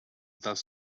dels